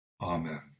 Amen